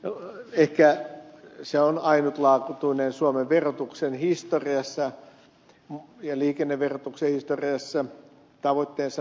varmasti ehkä se on ainutlaatuinen suomen verotuksen historiassa ja liikenneverotuksen historiassa tavoitteensa näkökulmasta